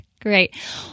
Great